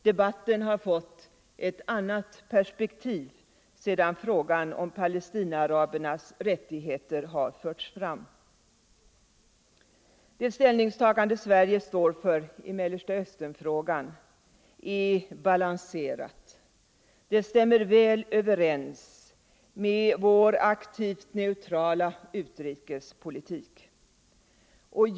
Debatten har fått ett annat perspektiv sedan frågan om palestinaarabernas rättigheter har förts fram. Det ställningstagande Sverige står för i Mellersta Östern-frågan är balanserat. Det stämmer väl överens med vår aktivt neutrala utrikespolitik.